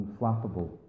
unflappable